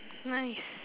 nice